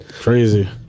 Crazy